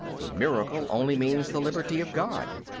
a miracle only means the liberty of god.